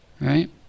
right